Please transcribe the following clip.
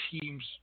teams